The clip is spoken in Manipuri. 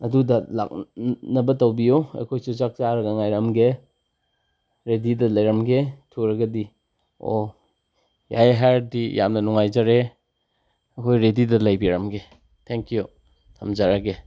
ꯑꯗꯨꯗ ꯂꯥꯛꯅꯕ ꯇꯧꯕꯤꯌꯣ ꯑꯩꯈꯣꯏꯁꯨ ꯆꯥꯛ ꯆꯥꯔꯒ ꯉꯥꯏꯔꯝꯒꯦ ꯔꯦꯗꯤꯗ ꯂꯩꯔꯝꯒꯦ ꯊꯨꯔꯒꯗꯤ ꯑꯣ ꯌꯥꯏꯌꯦ ꯍꯥꯏꯔꯗꯤ ꯌꯥꯝꯅ ꯅꯨꯡꯉꯥꯏꯖꯔꯦ ꯑꯩꯈꯣꯏ ꯔꯦꯗꯤꯗ ꯂꯩꯕꯤꯔꯝꯒꯦ ꯊꯦꯡꯛ ꯌꯨ ꯊꯝꯖꯔꯒꯦ